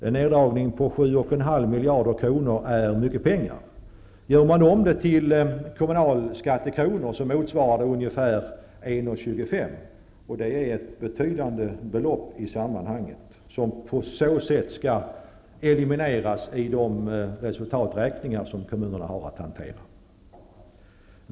En neddragning på 7,5 miljarder rör sig om mycket pengar. Gör man om det till kommunala skattekronor motsvarar denna neddragning ca 1:25 kr., vilket är ett betydande belopp i sammanhanget, som skall elimineras i de resultaträkningar som kommunerna har att hantera.